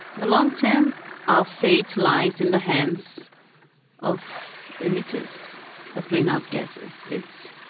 the long term our fate lies in the hands of emitters of greenhouse gases. it's.